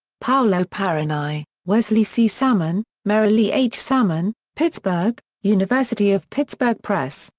paolo parrini, wesley c. salmon, merrilee h. salmon, pittsburgh university of pittsburgh press,